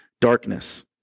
darkness